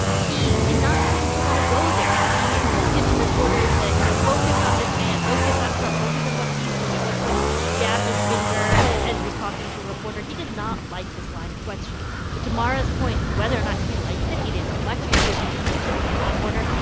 he did not seem to want to go there. yeah he insisted to reporters that, you know, focus on this man. focus on trump. focus on what he's doing. at one point he jabbed his finger as he was talking to a reporter. he does not like this line of questioning but to mara's point, whether or not he likes it, it is much easier to dismiss it from a reporter.